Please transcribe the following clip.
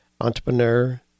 Entrepreneur